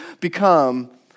become